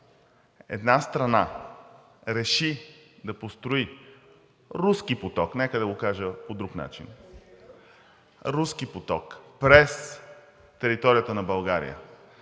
една страна реши да построи Руски поток, нека да го кажа по друг начин – Руски поток през територията на България,